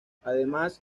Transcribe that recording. además